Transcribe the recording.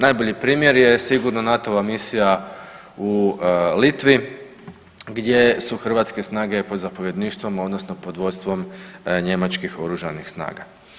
Najbolji primjer je sigurno NATO-a misija u Litvi, gdje su hrvatske snage pod zapovjedništvom odnosno pod vodstvom njemačkih oružanih snaga.